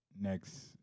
next